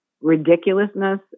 ridiculousness